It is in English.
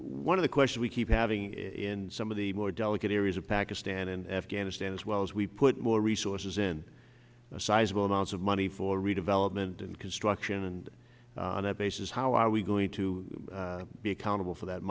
one of the question we keep having in some of the more delicate areas of pakistan and afghanistan as well as we put more resources in a sizeable amounts of money for redevelopment and construction and that bases how are we going to be accountable for that